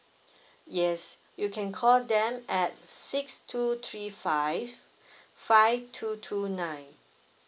yes you can call them at six two three five five two two nine